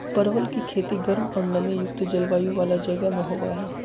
परवल के खेती गर्म और नमी युक्त जलवायु वाला जगह में होबा हई